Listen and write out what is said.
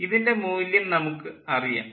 ഇതിൻ്റെ മൂല്യം നമുക്ക് അറിയാം